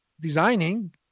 designing